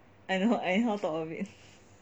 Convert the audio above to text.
I know I anyhow talk only